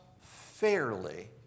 fairly